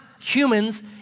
humans